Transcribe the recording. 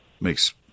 makes